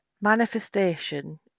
manifestation